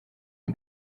状况